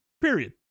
Period